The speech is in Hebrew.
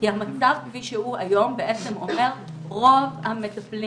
כי המצב כפי שהוא היום אומר שרוב המטפלים